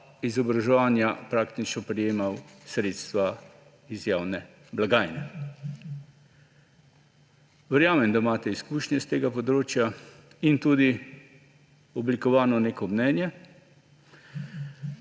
izobraževanja praktično prejemali sredstva iz javne blagajne? Verjamem, da imate izkušnje s tega področja in tudi oblikovano neko mnenje,